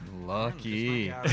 Lucky